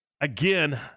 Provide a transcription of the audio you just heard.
again